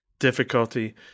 difficulty